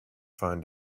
find